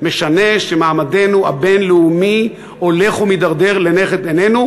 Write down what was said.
משנה שמעמדנו הבין-לאומי הולך ומידרדר לנגד עינינו,